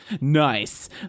Nice